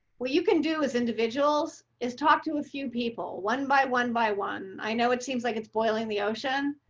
well, you can do as individuals is talk to a few people, one by one by one. i know it seems like it's boiling the ocean,